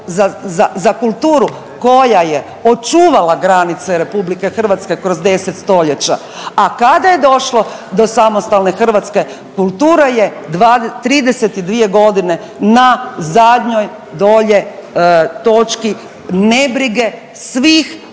za kulturu koja je očuvala granice RH kroz 10 stoljeća, a kada je došlo do samostalne Hrvatske kultura je 32 godine na zadnjoj dolje točki nebrige svih